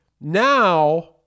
now